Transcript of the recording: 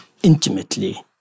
Intimately